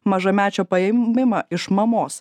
mažamečio paėmimą iš mamos